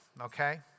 Okay